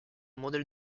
modèle